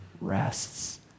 rests